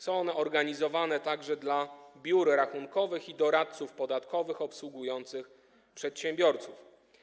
Są one organizowane także dla biur rachunkowych i doradców podatkowych obsługujących przedsiębiorców.